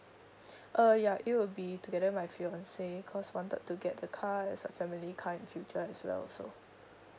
uh ya it will be together with my fiance because we wanted to get the car as a family car in future as well so